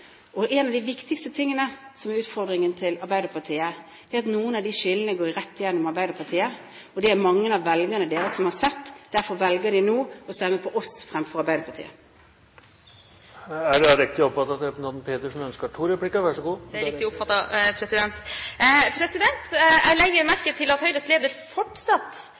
flere. En av de viktigste utfordringene for Arbeiderpartiet er at noen av de skillene går rett gjennom Arbeiderpartiet. Det er det mange av velgerne deres som har sett. Derfor velger de nå å stemme på oss fremfor på Arbeiderpartiet. Er det riktig at representanten Pedersen ønsker to replikker? – Vær så god. Det er helt riktig oppfattet. Jeg legger merke til at Høyres leder fortsetter å snakke om ambisjonene for velferdsstaten, men fortsatt